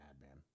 madman